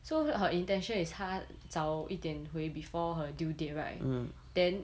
so her intention is 她早一点回 before her due date right then